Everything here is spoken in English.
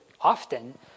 often